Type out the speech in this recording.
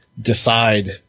decide